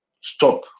stop